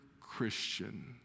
Christian